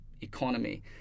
economy